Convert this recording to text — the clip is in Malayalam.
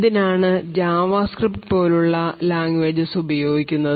എന്തിനാണ് ജാവാസ്ക്രിപ്റ്റ് പോലുള്ള ഉള്ള ലാംഗ്വേജസ് ഉപയോഗിക്കുന്നത്